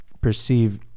perceive